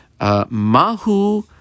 Mahu